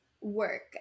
work